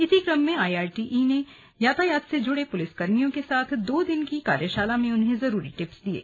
इसी क्रम में ऑईआरटीई ने यातायात से जुड़े पुलिसकर्मियों के साथ दो दिन की कार्यशाला में उन्हें जरूरी टिप्स दिये